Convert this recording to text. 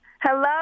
Hello